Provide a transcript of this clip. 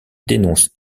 dénonce